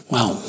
Wow